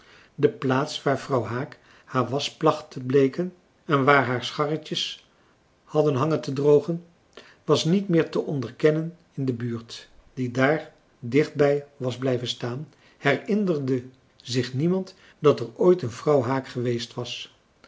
de plaats waar vrouw haak haar wasch placht te bleeken en waar haar scharretjes hadden hangen te drogen was niet meer te onderkennen en in de buurt françois haverschmidt familie en kennissen die daar dichtbij was blijven staan herinnerde zich niemand dat er ooit een vrouw haak geweest was